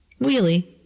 wheelie